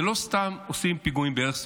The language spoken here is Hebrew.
ולא סתם עושים פיגועים באיירסופט,